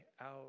out